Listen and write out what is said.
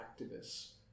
activists